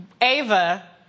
Ava